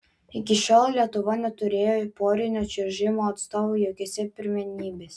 iki šiol lietuva neturėjo porinio čiuožimo atstovų jokiose pirmenybėse